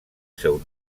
seu